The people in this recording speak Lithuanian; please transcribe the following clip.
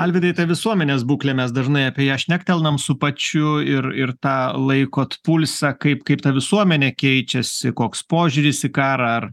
alvydai tai visuomenės būklė mes dažnai apie ją šnektelnam su pačiu ir ir tą laikot pulsą kaip kaip ta visuomenė keičiasi koks požiūris į karą ar